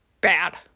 bad